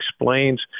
explains